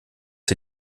sie